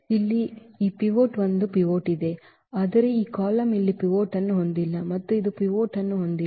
ಇಲ್ಲಿ ಈ ಪಿವೋಟ್ ಒಂದು ಪಿವೋಟ್ ಇದೆ ಆದರೆ ಈ ಕಾಲಮ್ ಇಲ್ಲಿ ಪಿವೋಟ್ ಅನ್ನು ಹೊಂದಿಲ್ಲ ಮತ್ತು ಇದು ಪಿವೋಟ್ ಅನ್ನು ಹೊಂದಿಲ್ಲ